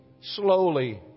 slowly